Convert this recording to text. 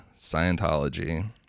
Scientology